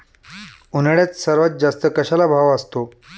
उन्हाळ्यात सर्वात जास्त कशाला भाव असतो?